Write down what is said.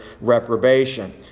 reprobation